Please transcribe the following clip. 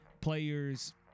players